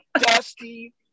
dusty